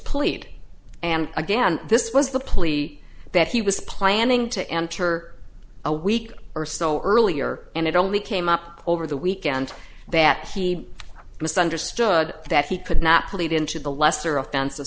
plead and again this was the plea that he was planning to enter a week or so earlier and it only came up over the weekend that he misunderstood that he could not put into the lesser offens